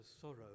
sorrow